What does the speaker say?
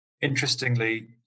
Interestingly